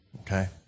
Okay